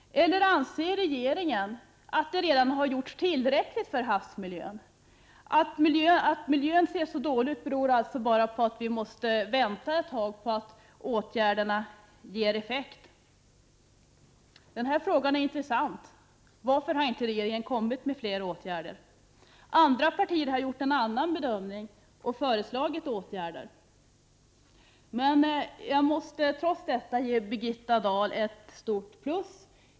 Anser regeringen att det redan har gjorts tillräckligt för havsmiljön? Att miljön är så dålig skulle alltså bero på att vi inte väntat tillräckligt länge på att åtgärderna skall ge effekt? Detta är en intressant fråga. Varför har inte regeringen kommit med förslag om fler åtgärder? Andra partier har gjort en annan bedömning och föreslagit åtgärder. Jag vill ändå ge Birgitta Dahl ett stort plus.